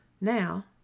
Now